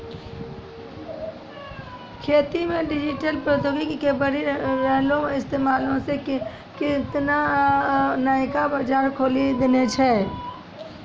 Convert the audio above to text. खेती मे डिजिटल प्रौद्योगिकी के बढ़ि रहलो इस्तेमालो से केतना नयका बजार खोलि देने छै